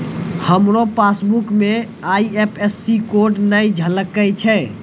हमरो पासबुक मे IFSC code नै झलकै छै